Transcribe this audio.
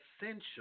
essential